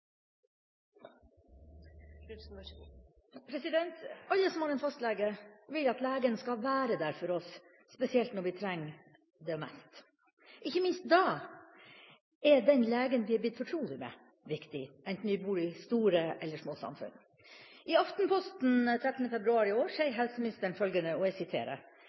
Alle vi som har en fastlege, vil at legen skal være der for oss, spesielt når vi trenger det mest. Ikke minst da er den legen vi er blitt fortrolig med, viktig, enten vi bor i store eller små samfunn. I Aftenposten 13. februar i år sier helseministeren følgende: «En ung kvinne i Finnmark skal kunne ringe et sykehus og